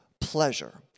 pleasure